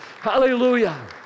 Hallelujah